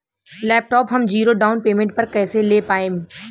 Laptop हम zero down payment पर कैसे ले पाएम?